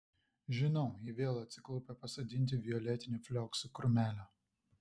žinau ji vėl atsiklaupė pasodinti violetinių flioksų krūmelio